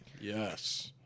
Yes